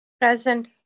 Present